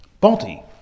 body